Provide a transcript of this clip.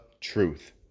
truth